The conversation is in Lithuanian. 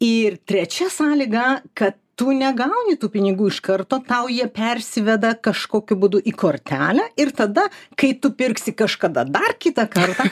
ir trečia sąlyga kad tu negauni tų pinigų iš karto tau jie persiveda kažkokiu būdu į kortelę ir tada kai tu pirksi kažkada dar kitą kartą